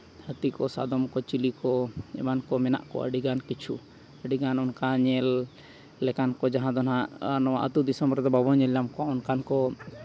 ᱦᱟᱹᱛᱤ ᱠᱚ ᱥᱟᱫᱚᱢ ᱠᱚ ᱪᱤᱞᱤ ᱠᱚ ᱮᱢᱟᱱ ᱠᱚ ᱢᱮᱱᱟᱜ ᱠᱚᱣᱟ ᱟᱹᱰᱤᱜᱟᱱ ᱠᱤᱪᱷᱩ ᱟᱹᱰᱤᱜᱟᱱ ᱚᱱᱠᱟ ᱧᱮᱞ ᱞᱮᱠᱟᱱ ᱠᱚ ᱡᱟᱦᱟᱸ ᱫᱚ ᱦᱟᱸᱜ ᱱᱚᱣᱟ ᱟᱹᱛᱩ ᱫᱤᱥᱚᱢ ᱨᱮᱫᱚ ᱵᱟᱵᱚᱱ ᱧᱮᱞ ᱧᱟᱢ ᱠᱚᱣᱟ ᱚᱱᱠᱟᱱ ᱠᱚ